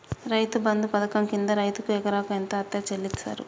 రైతు బంధు పథకం కింద రైతుకు ఎకరాకు ఎంత అత్తే చెల్లిస్తరు?